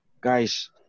guys